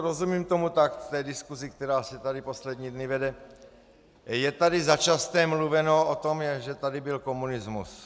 Rozumím tomu tak, v té diskusi, která se tady poslední dny vede, je tady začasté mluveno o tom, že tady byl komunismus.